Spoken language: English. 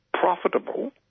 profitable